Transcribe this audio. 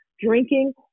drinking